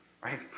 right